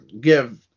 give